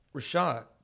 Rashad